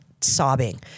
sobbing